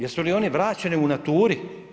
Jesu li one vraćene u naturi?